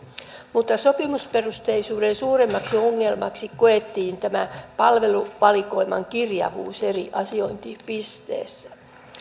mutta sopimusperusteisuuden suurimmiksi ongelmiksi koettiin palveluvalikoiman kirjavuus eri asiointipisteissä